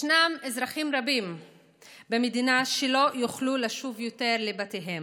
ישנם אזרחים רבים במדינה שלא יוכלו לשוב יותר לבתיהם,